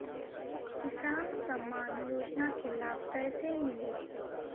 किसान सम्मान योजना के लाभ कैसे मिली?